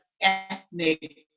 ethnic